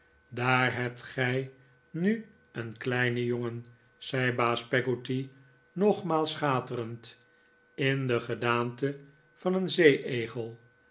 daar hebt gij nu een kleinen jongen zei baas peggotty nogmaals chaterend in de gedaante van een zeeegel